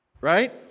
Right